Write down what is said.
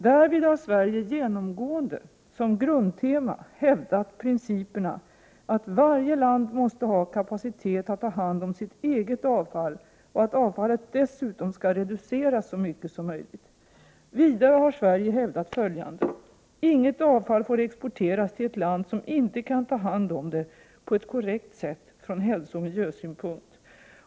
Därvid har Sverige genomgående som grundtema hävdat principerna att varje land måste ha kapacitet att ta hand om sitt eget avfall och att avfallet dessutom skall reduceras så mycket som möjligt. Vidare har Sverige hävdat följande. Inget avfall får exporteras till ett land som inte kan ta hand om det på ett korrekt sätt från hälsooch miljösynpunkt.